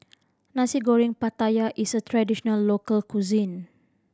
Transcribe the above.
Nasi Goreng Pattaya is a traditional local cuisine